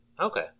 Okay